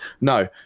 no